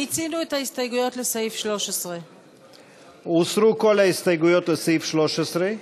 מיצינו את ההסתייגויות לסעיף 13. הוסרו כל ההסתייגויות לסעיף 13,